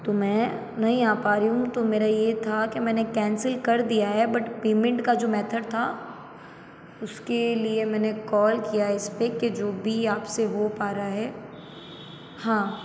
तो मैं नहीं आ पा रही हूँ तो मेरा ये था कि मैंने कैंसिल कर दिया है बट पेमेंट का जो मेथड था उसके लिए मैंने कॉल किया इस पर कि जो भी आप से हो पा रहा है हाँ